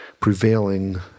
prevailing